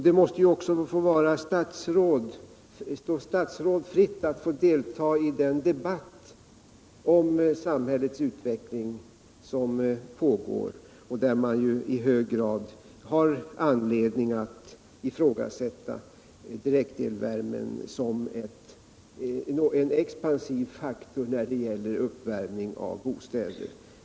Det måste också stå statsråd fritt att delta i den debatt om samhällets utveckling som pågår och där man ju i hög grad har anledning att ifrågasätta direktelvärmen som en expansiv faktor när det gäller uppvärmning av bostäder.